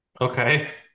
Okay